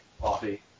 coffee